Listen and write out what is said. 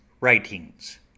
Writings